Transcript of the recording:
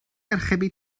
archebu